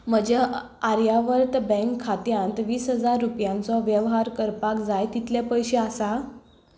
म्हज्या आर्यावर्त बँक खात्यांत वीस हजार रुपयांचो वेवहार करपाक जाय तितले पयशे आसात